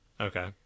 Okay